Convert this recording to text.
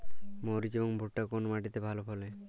মরিচ এবং ভুট্টা কোন মাটি তে ভালো ফলে?